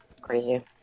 Crazy